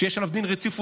שיש עליו דין רציפות,